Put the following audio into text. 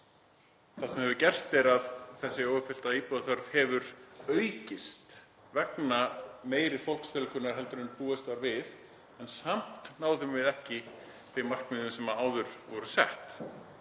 Það sem hefur gerst er að þessi óuppfyllta íbúðaþörf hefur aukist vegna meiri fólksfjölgunar en búist var við, en samt náðum við ekki þeim markmiðum sem áður voru sett.